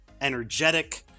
energetic